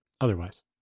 otherwise